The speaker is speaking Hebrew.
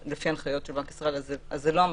לפי ההנחיות של בנק ישראל אז זה לא המצב.